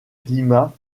climat